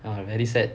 ya very sad